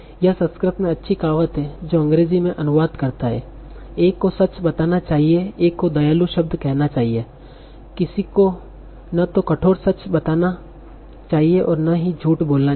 यह संस्कृत में अच्छी कहावत है जो अंग्रेजी में अनुवाद करता है एक को सच बताना चाहिए एक को दयालु शब्द कहना चाहिए किसी को न तो कठोर सच बताना चाहिए और न ही झूठ बोलना चाहिए